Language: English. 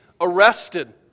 arrested